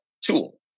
tool